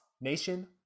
Nation